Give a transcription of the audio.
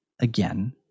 again